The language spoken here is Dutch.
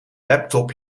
laptop